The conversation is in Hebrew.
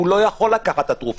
והוא לא יכול לקחת את התרופות.